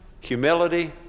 humility